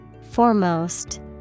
Foremost